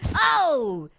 oh,